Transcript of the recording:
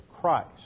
Christ